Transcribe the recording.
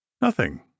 Nothing